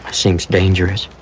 seems dangerous